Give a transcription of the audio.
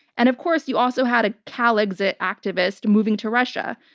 and, of course, you also had a calexit activist moving to russia.